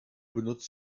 benutzt